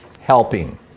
helping